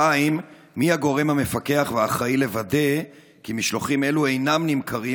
2. מי הגורם המפקח והאחראי לוודא כי משלוחים אלו אינם נמכרים,